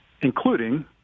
including